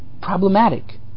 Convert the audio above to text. problematic